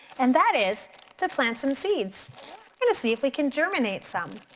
and that is to plant some seeds and to see if we can germinate some.